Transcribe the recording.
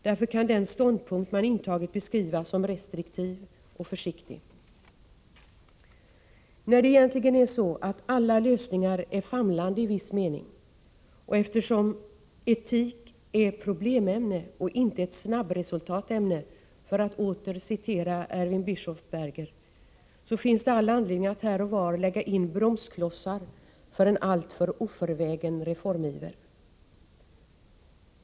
Därför kan den ståndpunkt man intagit beskrivas som restriktiv och försiktig. När det egentligen är så att alla lösningar är famlande i viss mening och eftersom ”etik är problemämne och inte ett snabbresultatämne”, för att åter citera Erwin Bischofberger, så finns det all anledning att här och var lägga in bromsklossar för en alltför oförvägen reformiver.